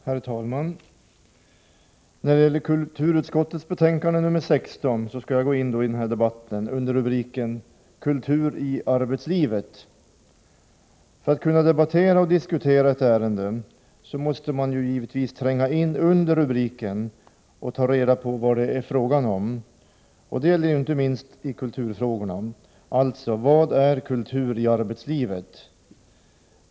Herr talman! Jag skall när det gäller kulturutskottets betänkande nr 16 göra ett inlägg under rubriken Kultur i arbetslivet. För att kunna debattera och diskutera ett ärende måste man givetvis ta reda på vad det är fråga om, och det gäller inte minst på kulturområdet. Alltså: Vad är kultur i arbetslivet?